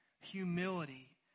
humility